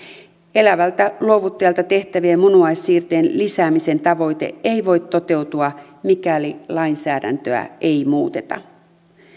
elävältä luovuttajalta tehtävien munuaissiirtojen lisäämisen tavoite ei voi toteutua mikäli lainsäädäntöä ei muuteta